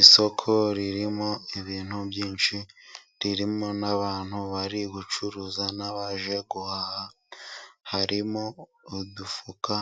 Isoko ririmo ibintu byinshi ,ririmo n'abantu bari gucuruza n'abaje harimo:udufuka